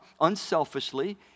unselfishly